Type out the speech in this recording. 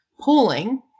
pulling